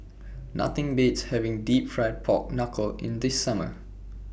Nothing Beats having Deep Fried Pork Knuckle in The Summer